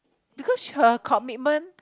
because her commitment